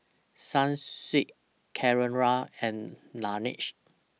Sunsweet Carrera and Laneige